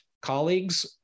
Colleagues